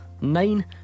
Nine